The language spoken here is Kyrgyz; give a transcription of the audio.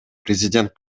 президент